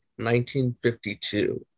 1952